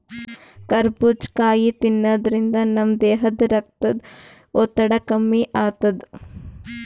ಕರಬೂಜ್ ಕಾಯಿ ತಿನ್ನಾದ್ರಿನ್ದ ನಮ್ ದೇಹದ್ದ್ ರಕ್ತದ್ ಒತ್ತಡ ಕಮ್ಮಿ ಆತದ್